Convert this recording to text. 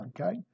okay